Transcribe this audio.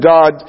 God